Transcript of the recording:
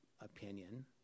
opinion